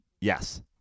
Yes